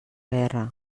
guerra